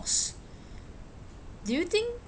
loss do you think